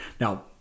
Now